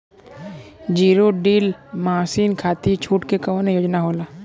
Zero डील मासिन खाती छूट के कवन योजना होला?